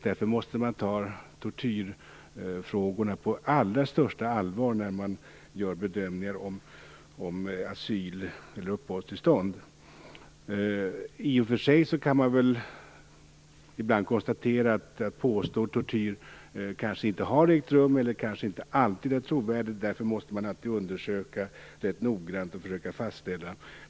Därför måste man ta tortyrfrågorna på allra största allvar när man gör bedömningar om asyl eller uppehållstillstånd. I och för sig kan man ibland konstatera att påstådd tortyr kanske inte har ägt rum. Det kanske inte alltid är trovärdigt. Därför måste man alltid undersöka rätt noggrant och försöka fastställa detta.